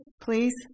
please